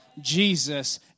Jesus